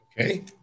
okay